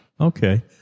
Okay